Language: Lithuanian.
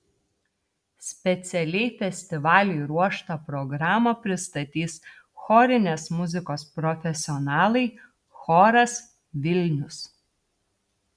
specialiai festivaliui ruoštą programą pristatys chorinės muzikos profesionalai choras vilnius